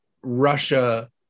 Russia